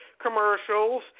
commercials